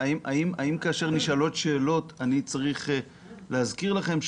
האם כאשר נשאלות שאלות אני צריך להזכיר לכם?